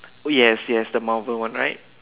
oh yes yes the Marvel one right